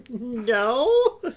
No